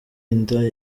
inda